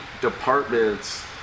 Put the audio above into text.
departments